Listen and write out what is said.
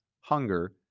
hunger